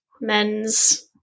men's